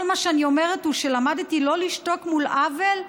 כל מה שאני אומרת הוא שלמדתי לא לשתוק מול עוול,